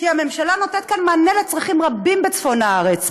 "הממשלה נותנת כאן מענה לצרכים רבים בצפון הארץ.